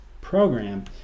program